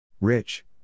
Rich